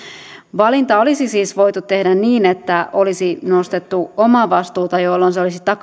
valinta olisi siis voitu tehdä niin että olisi nostettu alkuomavastuuta jolloin se olisi